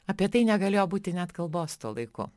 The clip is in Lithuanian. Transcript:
apie tai negalėjo būti net kalbos tuo laiku